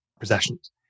Possessions